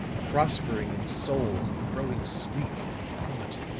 prospering in soul, growing sleek in thought,